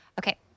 Okay